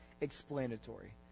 explanatory